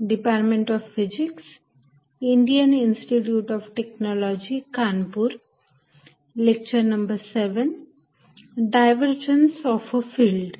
divergence of a field